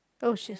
oh she's